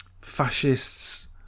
fascists